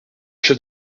chef